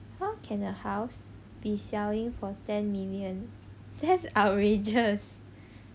how can a house be selling for ten million that's outrageous